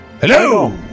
Hello